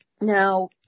Now